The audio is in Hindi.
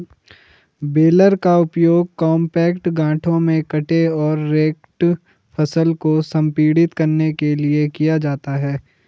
बेलर का उपयोग कॉम्पैक्ट गांठों में कटे और रेक्ड फसल को संपीड़ित करने के लिए किया जाता है